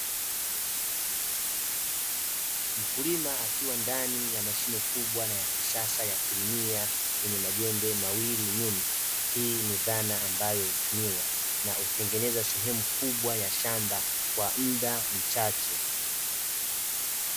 Mkulima akiwa ndani ya mashine kubwa na ya kisasa ya kulimia yenye majembe mawili nyuma, hii nidhana ambayo hutumiwa na hutengeneza sehemu kubwa ya shamba kwa muda mchache.